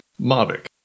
Mavic